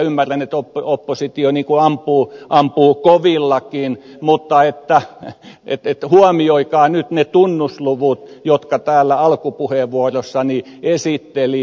ymmärrän että oppositio ampuu kovillakin mutta huomioikaa nyt ne tunnusluvut jotka täällä alkupuheenvuorossani esittelin